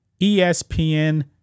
ESPN